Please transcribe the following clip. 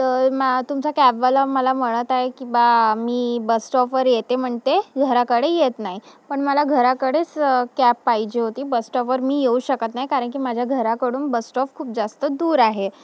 तर मा तुमचा कॅबवाला मला म्हणत आहे की बा मी बस स्टॉपवर येते म्हणते घराकडे येत नाही पण मला घराकडेच कॅब पाहिजे होती बस स्टॉपवर मी येऊ शकत नाही कारण की माझ्या घराकडून बस स्टॉफ खूप जास्त दूर आहे